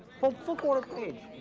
full full quarter-page.